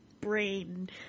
brain